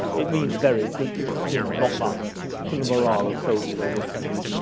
it means very you know not much to the morale of soldiers in the trenches.